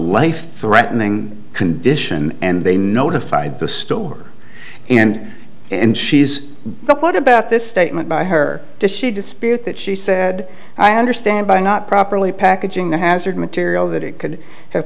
life threatening condition and they notified the store and and she is but what about this statement by her did she dispute that she said i understand by not properly packaging the hazard material that it could have